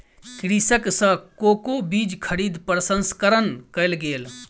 कृषक सॅ कोको बीज खरीद प्रसंस्करण कयल गेल